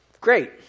great